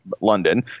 London